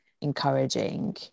encouraging